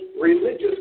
religious